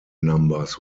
numbers